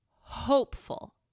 hopeful